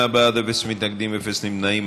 38 בעד, אפס מתנגדים, אפס נמנעים.